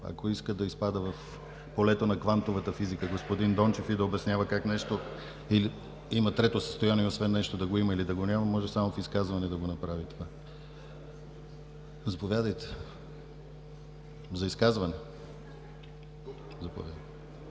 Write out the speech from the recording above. ако иска да изпада в полето на квантовата физика господин Дончев и да обяснява как има трето състояние, освен нещо да го има или да го няма, може само в изказване да го направи. Заповядайте за изказване. НИНА